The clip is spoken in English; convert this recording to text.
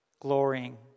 glorying